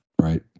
Right